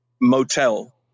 motel